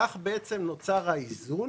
כך, בעצם, נוצר האיזון